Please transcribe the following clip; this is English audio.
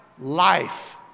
life